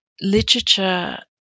literature